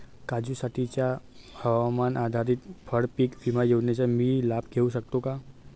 काजूसाठीच्या हवामान आधारित फळपीक विमा योजनेचा मी लाभ घेऊ शकतो का?